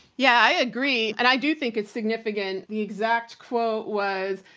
yeah i agree. and i do think it's significant. the exact quote was,